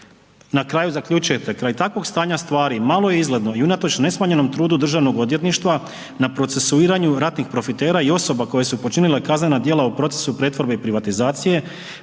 Na kraju zaključujete, „kraj takvog stanja stvari malo je izgledno i unatoč nesmanjenom trudu Državnog odvjetništva na procesuiranju ratnih profitera i osoba koje su počinile kaznena djela u procesu pretvorbe i privatizacije